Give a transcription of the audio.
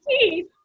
teeth